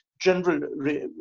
general